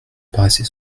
paraissent